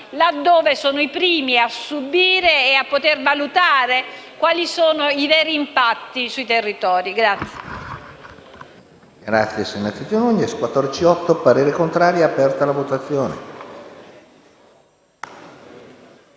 che sono i primi a subire e a poter valutare quali sono i veri impatti sui territori.